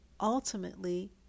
ultimately